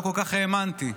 לא כל כך האמנתי לו: